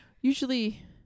usually